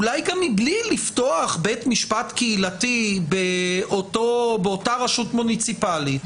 אולי גם בלי לפתוח בית משפט קהילתי באותה רשות מוניציפלית,